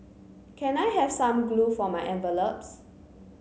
can I have some glue for my envelopes